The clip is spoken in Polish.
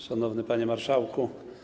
Szanowny Panie Marszałku!